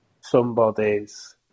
somebody's